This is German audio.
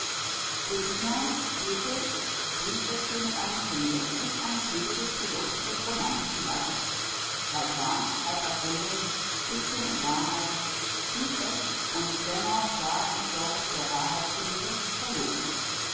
briefwechsel mit einem kinde ist ein typisches produkt des romantischen geistes halb wahr halb erfunden dichtung und wahrheit tief echt und dennoch da und dort der wahrheit zuliebe verlogen